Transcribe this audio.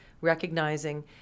recognizing—